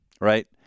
right